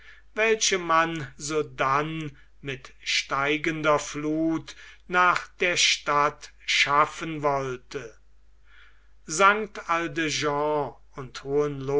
welche man sodann mit steigender fluth nach der stadt schaffen wollte st aldegonde und